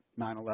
9-11